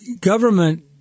government